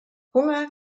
hunger